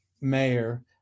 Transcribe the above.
Mayor